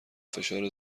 فشار